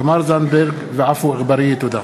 תודה.